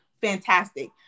fantastic